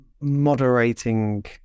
moderating